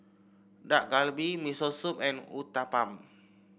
Dak Galbi Miso Soup and Uthapam